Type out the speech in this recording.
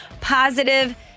positive